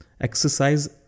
exercise